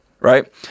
right